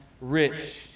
rich